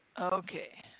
Okay